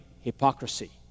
hypocrisy